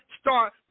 start